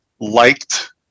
liked